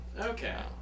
Okay